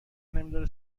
نمیداره